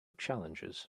challenges